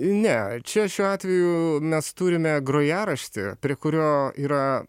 ne čia šiuo atveju mes turime grojaraštį prie kurio yra